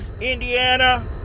Indiana